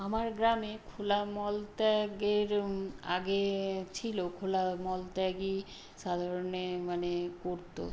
আমার গ্রামে খোলা মল ত্যাগের আগে ছিলো খোলা মল ত্যাগই সাধারণে মানে করতো